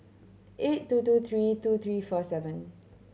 eight two two three two three four seven